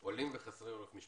זהו הדיון השלישי של ועדת המשנה.